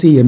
C M